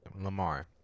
Lamar